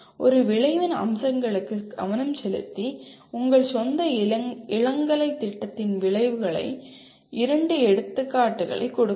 ஒரு விளைவின் அம்சங்களுக்கு கவனம் செலுத்தி உங்கள் சொந்த இளங்கலை திட்டத்தின் விளைவுகளின் இரண்டு எடுத்துக்காட்டுகளை கொடுக்கவும்